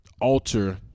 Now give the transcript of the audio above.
alter